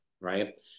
Right